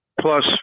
Plus